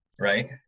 right